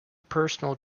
personal